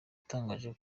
yatangaje